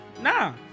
nah